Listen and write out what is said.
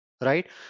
Right